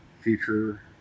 feature